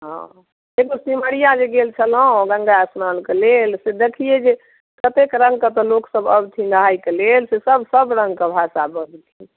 हँ एकबेर सिमरिया जे गेल छलहुॅं गंगा स्नान के लेल से देखियै जे कतेक रंग के तऽ लोकसब अबथिन नहाय के लेल से सब सब रंग के भाषा बजथिन